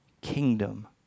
kingdom